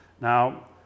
Now